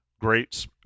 Great